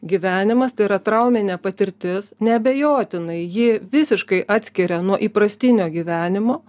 gyvenimas tai yra trauminė patirtis neabejotinai ji visiškai atskiria nuo įprastinio gyvenimo